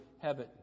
heaven